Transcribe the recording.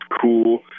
cool